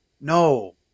no